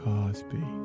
Cosby